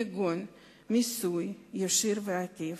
כגון מיסוי ישיר ועקיף,